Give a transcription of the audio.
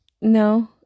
No